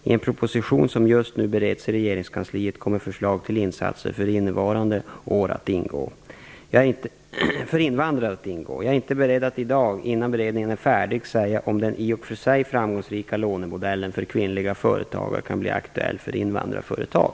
I en proposition som just nu bereds i regeringskansliet kommer förslag till insatser för invandrare att ingå. Jag är inte beredd att i dag, innan beredningen är färdig, säga om den i och för sig framgångsrika lånemodellen för kvinnliga företagare kan bli aktuell för invandrarföretag.